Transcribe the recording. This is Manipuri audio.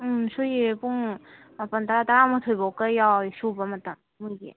ꯎꯝ ꯁꯨꯏꯌꯦ ꯄꯨꯡ ꯃꯥꯄꯜ ꯇꯔꯥ ꯇꯔꯥꯃꯥꯊꯣꯏ ꯐꯥꯎꯕꯒ ꯌꯥꯎꯏ ꯁꯨꯕ ꯃꯇꯝ ꯃꯈꯣꯏꯒꯤ